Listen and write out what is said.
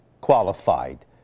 qualified